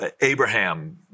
Abraham